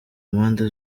mpande